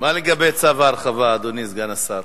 מה לגבי צו ההרחבה, אדוני סגן השר?